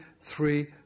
three